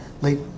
late